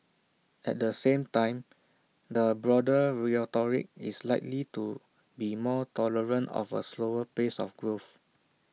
at the same time the broader rhetoric is likely to be more tolerant of A slower pace of growth